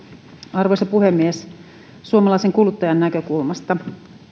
arvoisa puhemies suomalaisen kuluttajan näkökulmasta